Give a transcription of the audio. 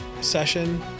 session